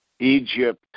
Egypt